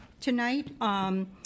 tonight